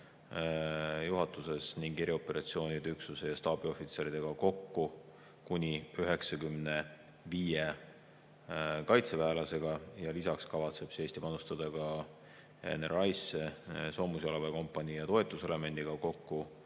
õhuväejuhatuses ning erioperatsioonide üksuse ja staabiohvitseridega, kokku kuni 95 kaitseväelasega. Lisaks kavatseb Eesti panustada ka NRI‑sse soomusjalaväekompanii ja toetuselemendiga kokku